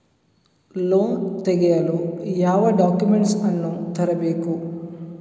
Loan ತೆಗೆಯಲು ಯಾವ documents ಅನ್ನು ತರಬೇಕು?